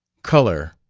color,